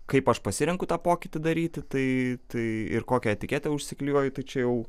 kaip aš pasirenku tą pokytį daryti tai tai ir kokią etiketę užsiklijuoju tai čia jau